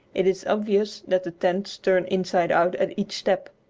it is obvious that the tent turns inside out at each step,